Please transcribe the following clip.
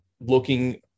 looking